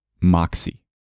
Moxie